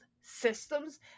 systems